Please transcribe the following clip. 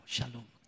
Shalom